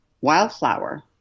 Wildflower